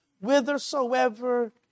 whithersoever